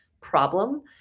problem